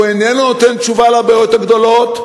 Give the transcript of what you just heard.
הוא איננו נותן תשובה על הבעיות הגדולות,